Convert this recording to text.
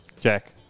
Jack